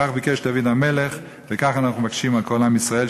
כך ביקש דוד המלך וכך אנחנו מבקשים על כל עם ישראל,